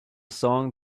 song